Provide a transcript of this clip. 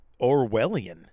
Orwellian